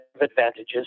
advantages